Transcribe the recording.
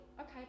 okay